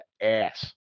ass